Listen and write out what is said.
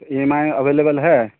E M I available ہے